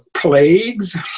plagues